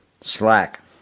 Slack